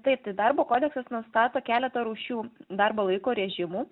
taip tai darbo kodeksas nustato keletą rūšių darbo laiko režimų